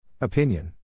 Opinion